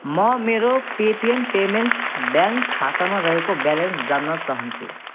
म मेरो Paytm payments bank खातामा रहेको ब्यालेन्स जान्न चाहन्छु